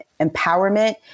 empowerment